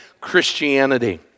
Christianity